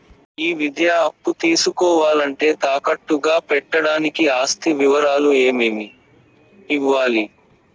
ఈ విద్యా అప్పు తీసుకోవాలంటే తాకట్టు గా పెట్టడానికి ఆస్తి వివరాలు ఏమేమి ఇవ్వాలి?